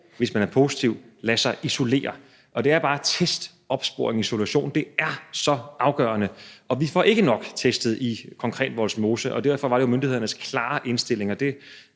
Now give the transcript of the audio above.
hvis man var positiv – lade sig isolere. Det er bare test, opsporing og isolation, der er så afgørende, og vi får ikke konkret testet nok i Vollsmose; det var jo myndighedernes klare indstilling.